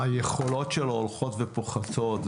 היכולות שלו הולכות ופוחתות,